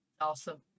Awesome